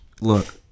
look